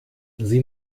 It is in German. sie